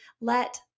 let